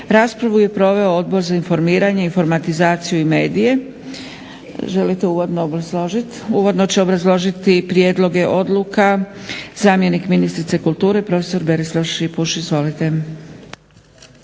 Raspravu je proveo Odbor za informiranje, informatizaciju i medije. Želite li uvodno obrazložiti? Uvodno će obrazložiti prijedloge odluka zamjenik ministrice kulture profesor Berislav Šipuš. Izvolite.